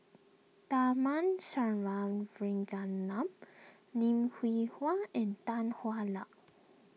Tharman Shanmugaratnam Lim Hwee Hua and Tan Hwa Luck